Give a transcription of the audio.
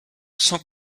sans